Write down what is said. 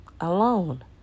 alone